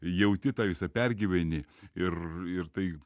jauti tą visą pergyveni ir ir tai